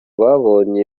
babonye